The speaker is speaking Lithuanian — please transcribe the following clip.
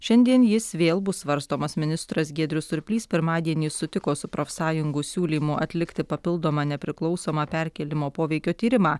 šiandien jis vėl bus svarstomas ministras giedrius surplys pirmadienį sutiko su profsąjungų siūlymu atlikti papildomą nepriklausomą perkėlimo poveikio tyrimą